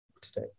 today